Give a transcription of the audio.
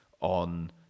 on